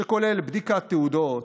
שכולל בדיקת תעודות,